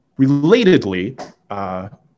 Relatedly